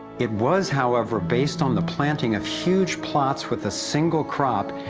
it was, however, based on the planting of huge plots with a single crop,